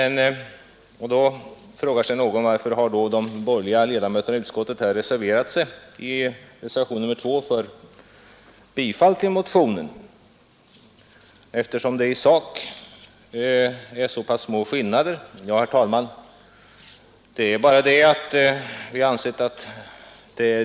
Någon frågar sig kanske, varför de borgerliga ledamöterna i utskottet reserverat sig för bifall till motionen, eftersom det i sak är så pass små skillnader i uppfattningen.